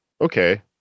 okay